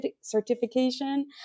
certification